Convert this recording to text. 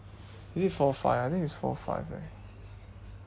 is it four five I think it's four five eh